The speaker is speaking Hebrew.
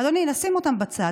אדוני, נשים אותם בצד.